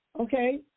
okay